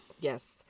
yes